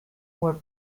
were